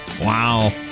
Wow